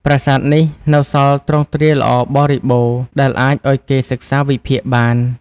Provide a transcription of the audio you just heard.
ប្រាសាទនេះនៅសល់ទ្រង់ទ្រាយល្អបរិបូរ ដែលអាចឱ្យគេសិក្សាវិភាគបាន។